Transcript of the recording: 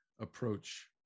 approach